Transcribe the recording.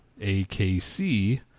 AKC